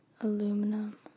Aluminum